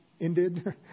Ended